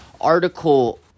article